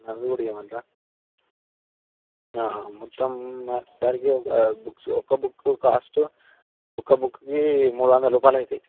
అవి కూడా ఇవ్వమంటారా మొత్తంసరికి ఒక బుక్స్ ఒక బుక్ కాస్ట్ ఒక బుక్కి మూడు వందల రూపాయల అవుతాయి